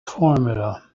formula